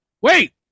Wait